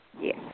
Yes